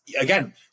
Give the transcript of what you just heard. again